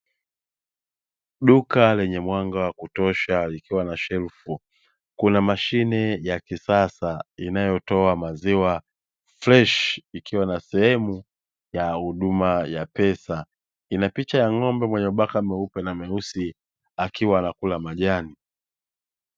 Duka lenye mwanga wa kutosha, likiwa na shelfu kuna mashine ya kisasa inayotoa maziwa freshi. Ikiwa na sehemu ya huduma ya pesa, ina picha ya ng'ombe mwenye mabaka meupe na meusi akiwa anakula majani.